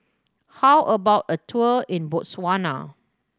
how about a tour in Botswana